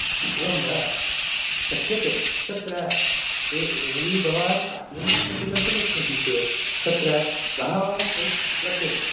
एवं वा शक्यते तत्र यदि भवान् काशीं प्रति गन्तुम् इच्छसि चेत् तत्र बवहः फ्लैट् लभ्यन्ते